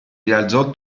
rialzò